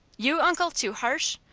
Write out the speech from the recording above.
you, uncle, too harsh!